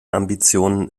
ambitionen